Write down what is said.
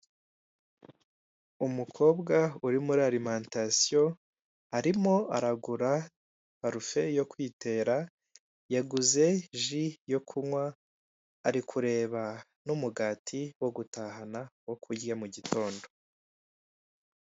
Umukobwa uri muri arimentasiyo arimo aragura parufe yo kwitera yaguze ji yo kunywa ari kureba n'umugati wo gutahana wo kurya mu mugitondo.